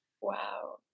wow